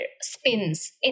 spins